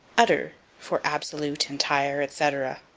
utter for absolute, entire, etc.